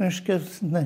reiškia na